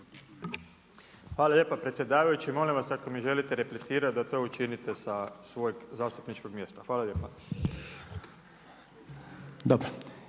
Hvala lijepa predsjedavajući. Molim vas, ako mi želite replicirati da to učinite sa svog zastupničkog mjesta. Hvala lijepa.